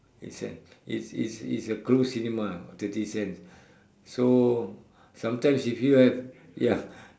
eight cents it's it's it's it's a close cinema thirty cents so sometimes if you have ya